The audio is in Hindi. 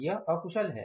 यह अकुशल है